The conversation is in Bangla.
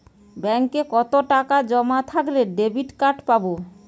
ব্যাঙ্কে কতটাকা জমা থাকলে ডেবিটকার্ড পাব?